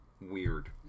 weird